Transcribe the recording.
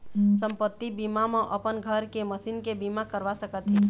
संपत्ति बीमा म अपन घर के, मसीन के बीमा करवा सकत हे